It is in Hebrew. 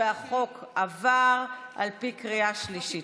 החוק עבר על פי קריאה שלישית.